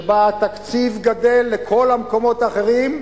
שבו התקציב גדל לכל המקומות האחרים.